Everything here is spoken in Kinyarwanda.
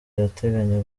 arateganya